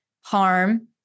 harm